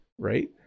right